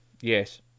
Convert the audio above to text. yes